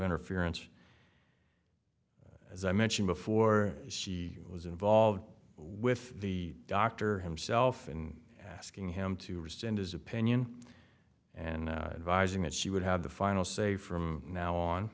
interference as i mentioned before she was involved with the doctor himself and asking him to rescind his opinion and advising that she would have the final say from now on